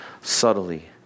subtly